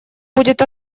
будет